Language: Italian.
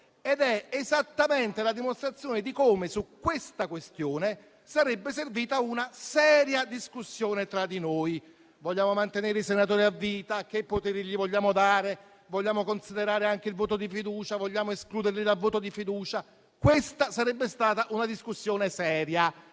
è esattamente la dimostrazione di come su questa tematica sarebbe servita una seria discussione tra di noi: vogliamo mantenere i senatori a vita, che poteri gli vogliamo dare, vogliamo considerare anche il voto di fiducia o vogliamo escluderli dal voto di fiducia? Questa sarebbe stata una discussione seria,